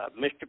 Mr